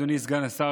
אדוני סגן השר,